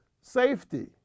safety